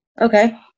Okay